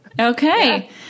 Okay